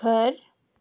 घर